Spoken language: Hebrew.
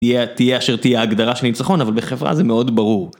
תהיה אשר תהיה ההגדרה של ניצחון אבל בחברה זה מאוד ברור.